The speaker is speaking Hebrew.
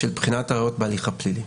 של בחינת הראיות בהליך הפלילי.